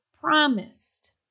promised